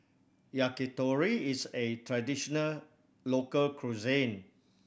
yakitori is A traditional local cuisine